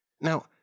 Now